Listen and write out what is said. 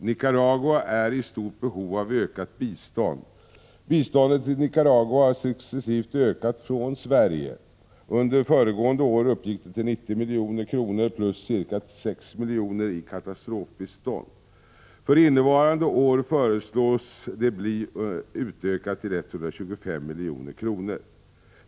Nicaragua är i stort behov av ökat bistånd. Biståndet till Nicaragua har successivt ökat från Sverige. Under föregående år uppgick det till 90 milj.kr. plus ca 6 milj.kr. i katastrofbistånd. För innevarande år föreslås det bli utökat till 125 milj.kr.